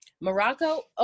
Morocco